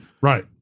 Right